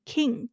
King